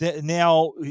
now